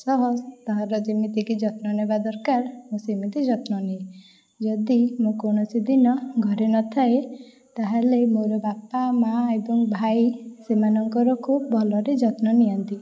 ସହ ତାର ଯେମିତିକି ଯତ୍ନ ନେବା ଦରକାର ମୁଁ ସେମିତି ଯତ୍ନ ନିଏ ଯଦି ମୁଁ କୌଣସି ଦିନ ଘରେ ନଥାଏ ତାହେଲେ ମୋର ବାପା ମା ଏବଂ ଭାଇ ସେମାନଙ୍କର ଖୁବ ଭଲରେ ଯତ୍ନ ନିଅନ୍ତି